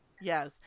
yes